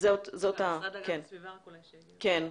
תיכנס לתוקפה תוך שנה.